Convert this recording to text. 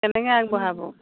কেনেকৈ আগবঢ়াব